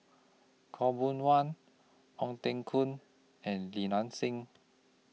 Khaw Boon Wan Ong Teng Koon and Li Nanxing